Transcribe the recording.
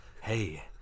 hey